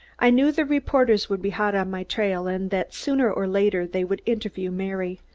i knew the reporters would be hot on my trail and that sooner or later they would interview mary.